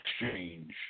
exchange